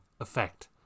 effect